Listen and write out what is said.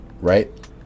right